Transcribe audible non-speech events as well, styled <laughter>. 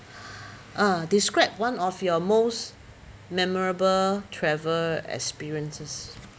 <breath> ah describe one of your most memorable travel experiences